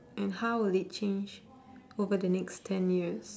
and how will it change over the next ten years